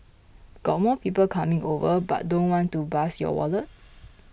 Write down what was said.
got more people coming over but don't want to bust your wallet